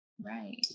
Right